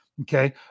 Okay